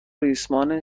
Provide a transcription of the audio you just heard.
ریسمان